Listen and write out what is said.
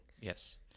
Yes